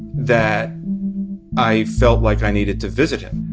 that i felt like i needed to visit him.